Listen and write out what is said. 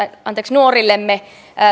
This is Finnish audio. nuorillemme